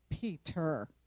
Peter